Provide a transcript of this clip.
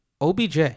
OBJ